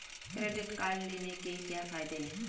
Credit card लेने के क्या फायदे हैं?